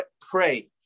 pray